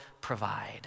provide